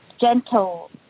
gentle